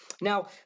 Now